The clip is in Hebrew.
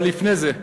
אבל לפני זה,